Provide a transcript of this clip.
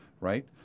right